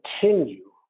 continue